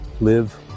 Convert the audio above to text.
live